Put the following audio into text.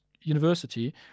university